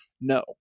No